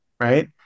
right